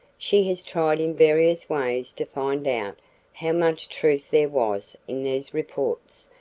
she has tried in various ways to find out how much truth there was in these reports,